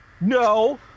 no